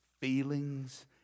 feelings